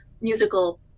musical